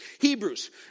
Hebrews